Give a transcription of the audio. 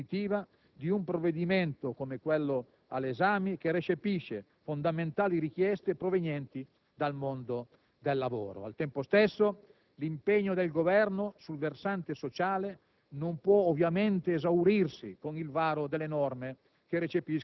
Vi sono, dunque, molte ragioni per sollecitare l'approvazione definitiva di un provvedimento come quello all'esame, che recepisce fondamentali richieste provenienti dal mondo del lavoro. Al tempo stesso, l'impegno del Governo sul versante sociale